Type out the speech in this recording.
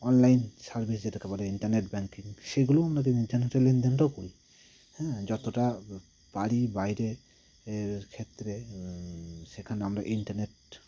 online service যেটাকে বলে internet banking সেগুলোও আমাদের ইন্টারনেটের লেনদেনটাও করি হ্যাঁ যতটা পারি বাইরের ক্ষেত্রে সেখানে আমরা ইন্টারনেট